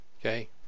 Okay